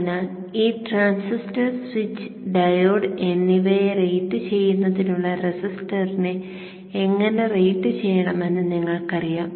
അതിനാൽ ഈ transistor switch diode എന്നിവയെ റേറ്റ് ചെയ്യുന്നതിനുള്ള റെസിസ്റ്ററിനെ എങ്ങനെ റേറ്റുചെയ്യണമെന്ന് നിങ്ങൾക്കറിയാം